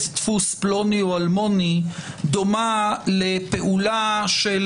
דפוס פלוני או אלמוני דומה לפעולה של